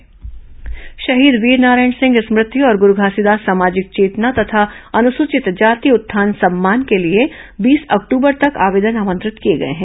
सम्मान आवेदन आमंत्रित शहीद वीरनारायण सिंह स्मृति और गुरू घासीदास सामाजिक चेतना तथा अनुसूचित जाति उत्थान सम्मान के लिए बीस अक्टूबर तक आवेदन आमंत्रित किए गए हैं